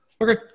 Okay